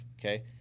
okay